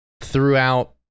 throughout